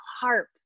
harp